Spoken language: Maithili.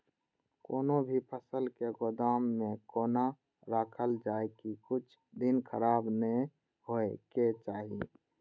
कोनो भी फसल के गोदाम में कोना राखल जाय की कुछ दिन खराब ने होय के चाही?